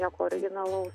nieko originalaus